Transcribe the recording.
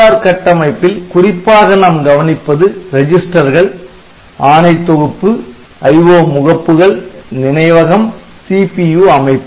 AVR கட்டமைப்பில் குறிப்பாக நாம் கவனிப்பது ரெஜிஸ்டர்கள் ஆணை தொகுப்பு IO முகப்புகள் நினைவகம் CPU அமைப்பு